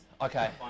Okay